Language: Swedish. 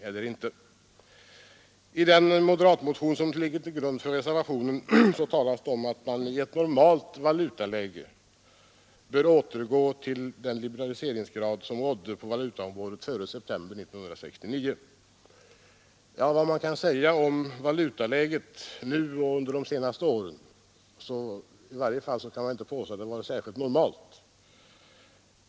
I den motion från moderata samlingspartiet som ligger till grund för reservationen talas det om att man i ett normalt valutaläge bör återgå till den liberaliseringsgrad som rådde på valutaområdet före september 1969. Ja, vad man än kan säga om valutaläget nu och under de senaste åren, så inte kan man väl påstå att det har varit eller är normalt.